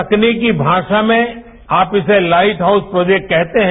तकनीकीमाषा में आप इसे लाइट हाउस प्रोजेक्ट कहते हैं